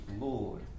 Lord